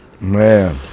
Man